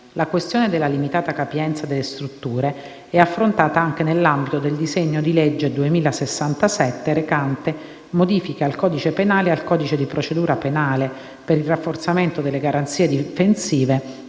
La questione della limitata capienza delle strutture è affrontata anche nell'ambito dell'Atto Senato 2067, recante «Modifiche al codice penale e al codice di procedura penale per il rafforzamento delle garanzie difensive